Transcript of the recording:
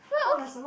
what else